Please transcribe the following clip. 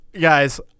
guys